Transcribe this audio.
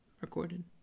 Recorded